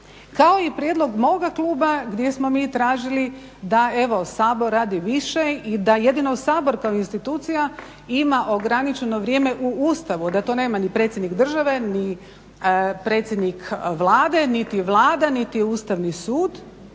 Kao i prijedlog moga kluba gdje smo mi tražili da evo, Sabor radi više i da jedino Sabor kao institucija ima ograničeno vrijeme u Ustavu, da nema ni predsjednik države ni predsjednik Vlade niti Vlada niti Ustavni sud,